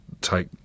take